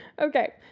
Okay